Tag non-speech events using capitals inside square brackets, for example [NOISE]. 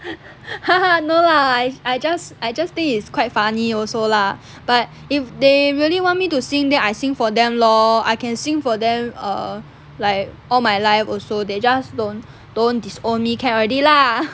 [LAUGHS] no lah I I just I just think is quite funny also lah but if they really want me to sing then I sing for them lor I can sing for them err like all my life also they just don't don't disown can already lah [LAUGHS]